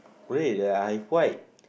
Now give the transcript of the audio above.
where that I have white